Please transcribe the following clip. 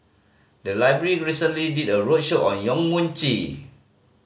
the library recently did a roadshow on Yong Mun Chee